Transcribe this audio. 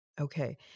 Okay